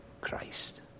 Christ